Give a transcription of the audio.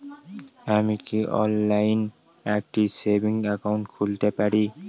আমি কি অনলাইন একটি সেভিংস একাউন্ট খুলতে পারি?